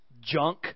junk